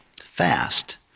Fast